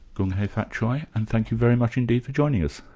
kung hei fat choy, and thank you very much indeed for joining us.